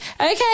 Okay